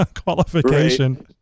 qualification